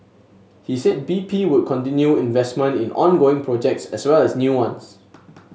he said B P would continue investment in ongoing projects as well as new ones